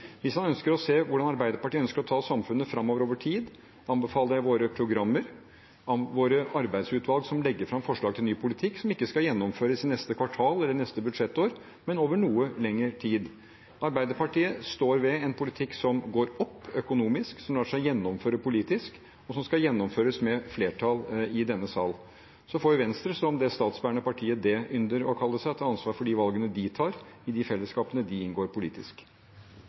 Hvis han ønsker å se hvordan Arbeiderpartiet ønsker å ta samfunnet framover over tid, anbefaler jeg våre programmer og våre arbeidsutvalg som legger fram forslag til ny politikk, som ikke skal gjennomføres i neste kvartal eller neste budsjettår, men over noe lengre tid. Arbeiderpartiet står ved en politikk som går opp økonomisk, som lar seg gjennomføre politisk, og som skal gjennomføres med flertall i denne sal. Så får Venstre, som det statsbærende partiet det ynder å kalle seg, ta ansvar for de valgene de tar i de fellesskapene de inngår politisk.